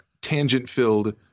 tangent-filled